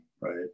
Right